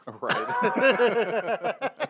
Right